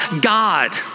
God